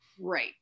Right